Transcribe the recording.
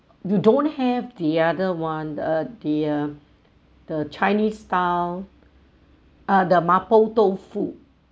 you don't have the other one uh the uh the chinese style uh the mapo tofu